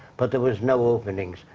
but there was no openings.